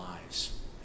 lives